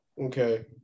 Okay